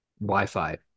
Wi-Fi